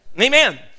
Amen